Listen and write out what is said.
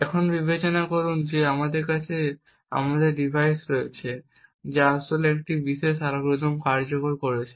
এখন বিবেচনা করুন যে আমাদের কাছে আমাদের ডিভাইস রয়েছে যা আসলে এই বিশেষ অ্যালগরিদমটি কার্যকর করছে